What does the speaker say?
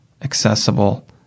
accessible